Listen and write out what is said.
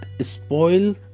spoil